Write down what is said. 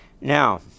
Now